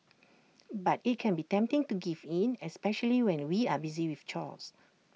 but IT can be tempting to give in especially when we are busy with chores